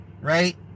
Right